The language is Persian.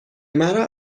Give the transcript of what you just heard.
مرا